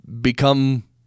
become